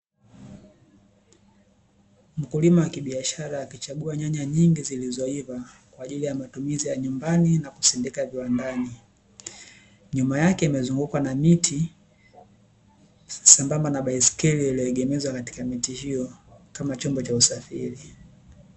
Mkulima wa kibiashara akichagua nyanya nyingi zilizoivaa, kwa ajili ya matumizi ya nyumbani, na kusindika viwandani. Nyuma yake kumezungukwa na miti sambamba na baiskeli iliyoegemezwa katika miti hiyo, kama chombo cha usafiri.